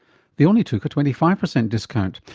they only took a twenty five percent discount,